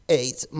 eight